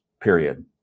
period